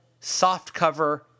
softcover